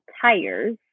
tires